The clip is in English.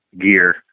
gear